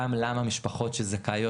גם למה משפחות שזכאיות,